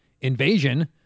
*Invasion*